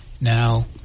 Now